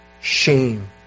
shame